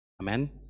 Amen